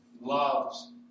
loves